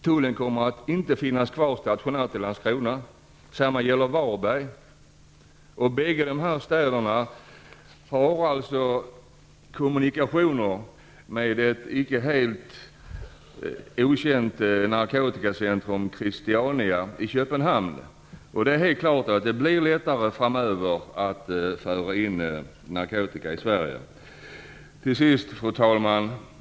Tullen kommer inte att finnas kvar stationerad i Landskrona. Samma gäller Varberg. Bägge städerna har kommunikationer med ett icke helt okänt narkotikacentrum, Kristiania, i Köpenhamn. Det är helt klart att det blir lättare framöver att föra in narkotika i Sverige. Fru talman!